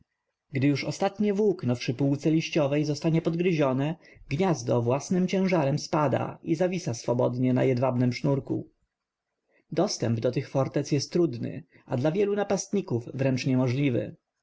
gdy już ostatnie włókno w szypułce liściowej zostało podgryzione gniazdo własnym ciężarem spada i zawisa swobodnie na jedwabnym sznurku dostęp do tych fortec jest trudny a dla wielu napastników